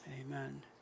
amen